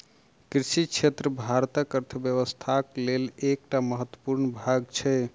कृषि क्षेत्र भारतक अर्थव्यवस्थाक लेल एकटा महत्वपूर्ण भाग छै